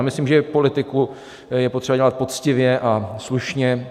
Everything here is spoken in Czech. Myslím, že i politiku je potřeba dělat poctivě a slušně.